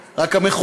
אם הם מותקפים,